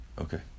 Okay